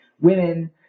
women